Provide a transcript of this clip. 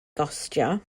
gostio